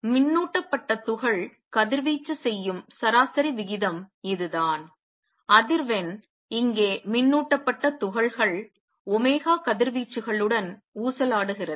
மின்னூட்டபட்ட துகள் கதிர்வீச்சு செய்யும் சராசரி விகிதம் இதுதான் அதிர்வெண் அங்கே மின்னூட்டபட்ட துகள்கள் ஒமேகா கதிர்வீச்சுகளுடன் ஊசலாடுகிறது